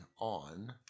on